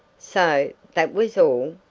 so that was all!